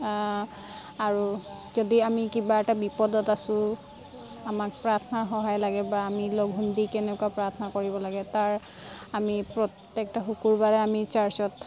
আৰু যদি আমি কিবা এটা বিপদত আছোঁ আমাক প্ৰাৰ্থনা সহায় লাগে বা আমি লঘোণ দি কেনেকুৱা প্ৰাৰ্থনা কৰিব লাগে তাৰ আমি প্ৰত্যেকটা শুকুৰবাৰে আমি চাৰ্চত